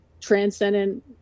transcendent